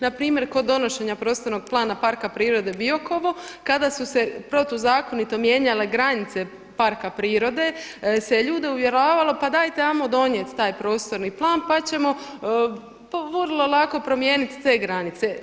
Npr. ko donošenja Prostornog plana Parka prirode Biokovo, kada su se protuzakonito mijenjale granice parka prirode se ljude uvjeravalo pa dajte ajmo donijet taj prostorni plan pa ćemo vrlo lako promijeniti te granice.